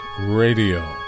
Radio